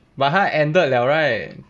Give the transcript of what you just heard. but 他 ended 了 right